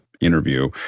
interview